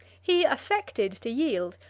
he affected to yield,